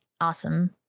awesome